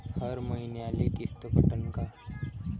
हर मईन्याले किस्त कटन का?